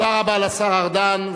תודה רבה לשר ארדן,